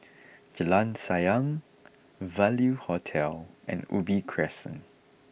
Jalan Sayang Value Hotel and Ubi Crescent